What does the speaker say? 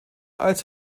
als